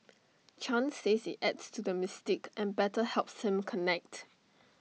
chan says IT adds to the mystique and better helps him connect